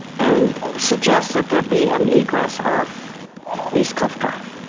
and suggest that there be an egress off east cliff drive.